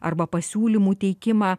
arba pasiūlymų teikimą